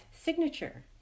signature